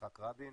יצחק רבין.